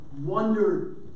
wonder